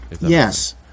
yes